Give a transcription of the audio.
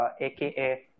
AKA